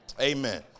Amen